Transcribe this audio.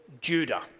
Judah